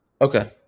Okay